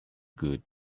good